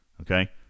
okay